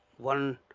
one